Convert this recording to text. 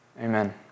Amen